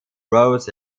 roads